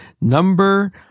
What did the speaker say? Number